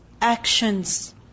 actions